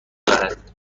دارد